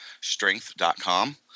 strength.com